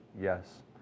Yes